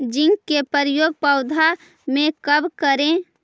Zinc के प्रयोग पौधा मे कब करे?